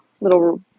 little